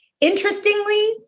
Interestingly